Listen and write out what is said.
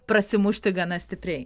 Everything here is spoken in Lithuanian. prasimušti gana stipriai